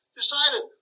decided